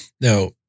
Now